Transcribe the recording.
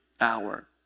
hour